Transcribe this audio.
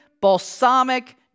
balsamic